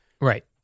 Right